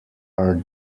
are